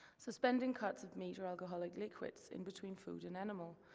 suspending cuts of meat or alcoholic liquids in between food and animal,